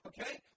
Okay